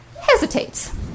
hesitates